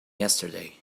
yesterday